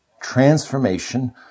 transformation